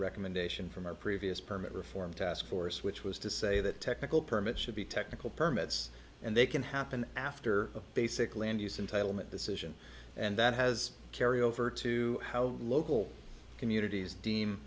recommendation from our previous permit reform task force which was to say that technical permits should be technical permits and they can happen after the basic land use entitlement decision and that has carried over to how local communities deem